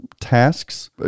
tasks